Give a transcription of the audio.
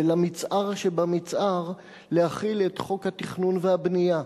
ולמצער שבמצער להחיל את חוק התכנון והבנייה.